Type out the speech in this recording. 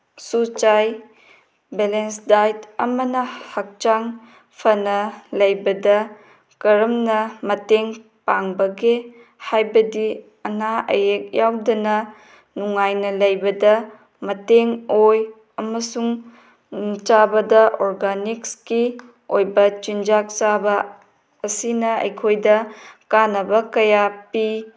ꯁꯨ ꯆꯥꯏ balance diet ꯑꯃꯅ ꯍꯛꯆꯥꯡ ꯐꯅ ꯂꯩꯕꯗ ꯀꯔꯝꯅ ꯃꯇꯦꯡ ꯄꯥꯡꯕꯒꯦ ꯍꯥꯏꯕꯗꯤ ꯑꯅꯥ ꯑꯌꯦꯛ ꯌꯥꯎꯗꯅ ꯅꯨꯡꯉꯥꯏꯅ ꯂꯩꯕꯗ ꯃꯇꯦꯡ ꯑꯣꯏ ꯑꯃꯁꯨꯡ ꯆꯥꯕꯗ ꯑꯣꯔꯒꯥꯟꯅꯤꯛꯁꯀꯤ ꯑꯣꯏꯕ ꯆꯤꯟꯖꯥꯛ ꯆꯥꯕ ꯑꯁꯤꯅ ꯑꯩꯈꯣꯏꯗ ꯀꯥꯟꯅꯕ ꯀꯌꯥ ꯄꯤ